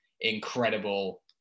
incredible